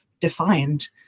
defined